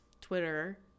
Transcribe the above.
twitter